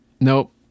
nope